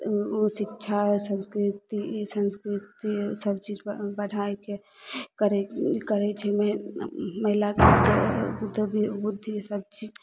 शिक्षा संस्कृति ई संस्कृति सब चीज ब बढ़ाइके करय करय छैमे महिलाके तऽ तऽ बुद्धि सब चीज